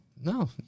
No